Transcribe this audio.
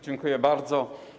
Dziękuję bardzo.